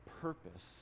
purpose